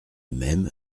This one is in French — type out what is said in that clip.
même